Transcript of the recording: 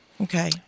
Okay